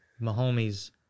Mahomes